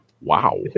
Wow